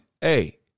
Hey